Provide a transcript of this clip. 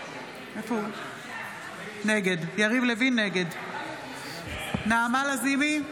נגד נעמה לזימי,